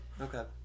Okay